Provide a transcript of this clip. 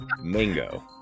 Mango